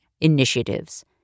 initiatives